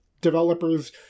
developers